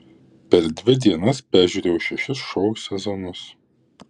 per dvi dienas peržiūrėjau šešis šou sezonus